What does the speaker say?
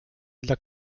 dla